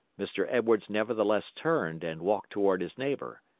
mr. edwards nevertheless turned and walked toward his neighbor.